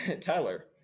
Tyler